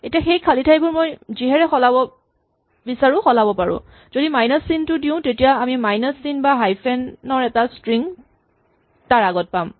এতিয়া সেই খালী ঠাইবোৰ মই যিহেৰে বিচাৰো সলাব পাৰো যদি মাইনাচ চিনটো দিওঁ তেতিয়া আমি মাইনাচ চিন বা হাইফেন ৰ এটা স্ট্ৰিং তাক আগত পাম